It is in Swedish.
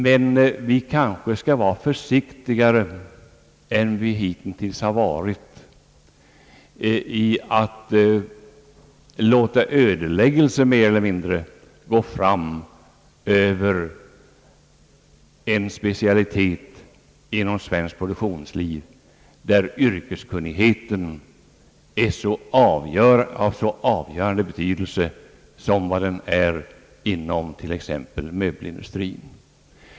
Men vi bör kanske vara försiktigare än hitintills och inte låta mer eller mindre en ödeläggelse gå fram över en specialitet inom svenskt produktionsliv där yrkeskunnigheten har så avgörande betydelse som fallet är t.ex. inom möbelindustrin.